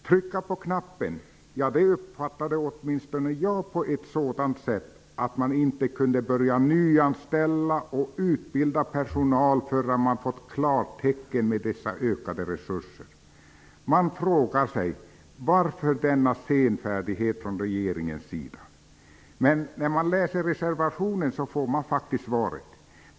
''Trycka på knappen'' uppfattade åtminstone jag på ett sådant sätt att man inte kunde börja nyanställa och utbilda personal förrän man hade fått klartecken om dessa ökade resurser. Man frågar sig: Varför denna senfärdighet från regeringens sida? I reservationen får vi faktiskt svaret.